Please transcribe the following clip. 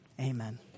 Amen